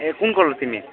ए कुन कलर तिमी